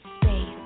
space